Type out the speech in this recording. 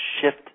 shift